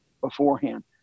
beforehand